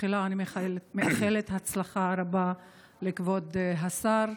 תחילה אני מאחלת הצלחה רבה לכבוד השר.